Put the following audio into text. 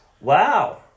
Wow